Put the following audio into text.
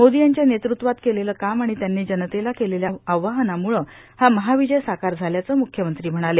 मोदां यांच्या नेतृत्वात केलेलं काम आर्ाण त्यांनी जनतेला केलेल्या आवाहनामुळे हा मर्हाावजय साकार झाल्याचं मुख्यमंत्री म्हणाले